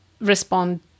respond